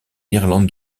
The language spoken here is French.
irlande